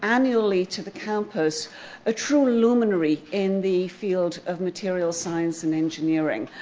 annually, to the campus a true luminary in the field of material science and engineering.